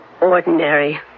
ordinary